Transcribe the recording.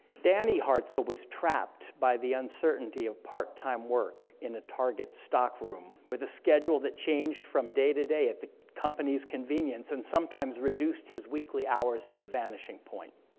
danny hartzell was trapped by the uncertainty of part time work in a target stockroom, with a schedule that changed from day-to-day at the company's convenience, and sometimes reduced his weekly hours to the vanishing point.